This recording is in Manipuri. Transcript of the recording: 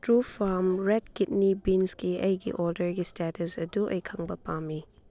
ꯇ꯭ꯔꯨ ꯐꯥꯝ ꯔꯦꯠ ꯀꯤꯠꯅꯤ ꯕꯤꯟꯁꯀꯤ ꯑꯩꯒꯤ ꯑꯣꯗꯔꯒꯤ ꯏꯁꯇꯦꯇꯁ ꯑꯗꯨ ꯑꯩ ꯈꯪꯕ ꯄꯥꯝꯃꯤ